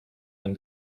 them